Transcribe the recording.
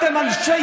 איזה מספר, אבי?